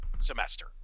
semester